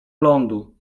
lądu